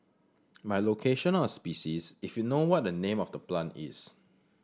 by location or species if you know what the name of the plant is